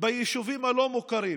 ביישובים הלא-מוכרים,